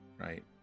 right